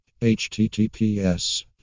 HTTPS